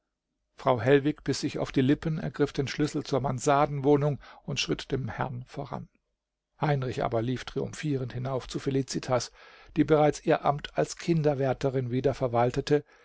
frau hellwig biß sich auf die lippen ergriff den schlüssel zur mansardenwohnung und schritt dem herrn voran heinrich aber lief triumphierend hinauf zu felicitas die bereits ihr amt als kinderwärterin wieder verwaltete